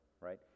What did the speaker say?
right